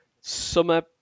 Summer